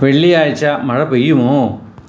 വെള്ളിയാഴ്ച്ച മഴ പെയ്യുമോ